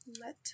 Let